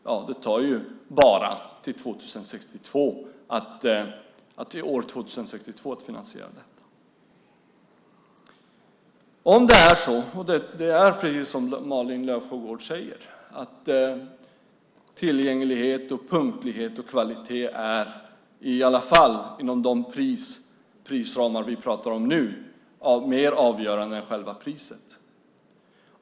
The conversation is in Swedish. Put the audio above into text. Ja, det tar ju bara till år 2062 att finansiera det. Precis som Malin Löfsjögård säger är tillgänglighet, punktlighet och kvalitet, i alla fall inom de prisramar som vi pratar om nu, mer avgörande än själva priset.